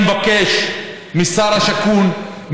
אני מבקש משר השיכון,